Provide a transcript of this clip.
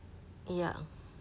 ya